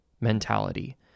mentality